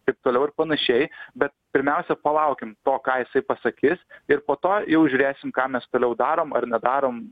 taip toliau ir panašiai bet pirmiausia palaukim to ką jisai pasakys ir po to jau žiūrėsim ką mes toliau darom ar nedarom